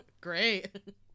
Great